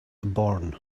born